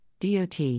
DOT